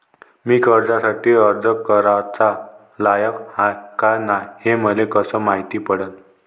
मी कर्जासाठी अर्ज कराचा लायक हाय का नाय हे मले कसं मायती पडन?